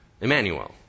emmanuel